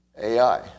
AI